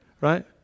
right